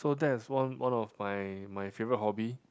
so that is one one of my my favourite hobby